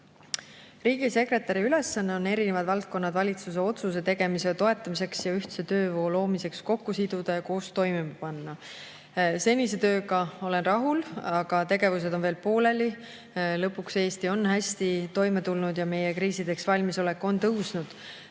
Riigisekretäri ülesanne on erinevad valdkonnad valitsuse otsuste tegemise toetamiseks ja ühtse töövoo loomiseks kokku siduda ja koos toimima panna. Senise tööga olen rahul, aga tegevused on veel pooleli. Lõpuks on Eesti hästi toime tulnud ja meie kriisideks valmisolek on paranenud.